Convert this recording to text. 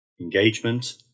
engagement